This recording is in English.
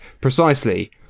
precisely